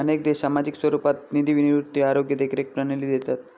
अनेक देश सार्वजनिक स्वरूपात निधी निवृत्ती, आरोग्य देखरेख प्रणाली देतात